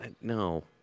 No